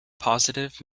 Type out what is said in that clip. positive